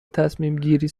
تصمیمگیری